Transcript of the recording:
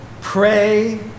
Pray